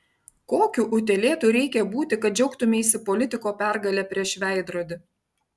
kokiu utėlėtu reikia būti kad džiaugtumeisi politiko pergale prieš veidrodį